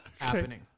happening